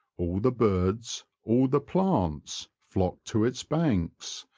all the birds, all the plants, flock to its banks,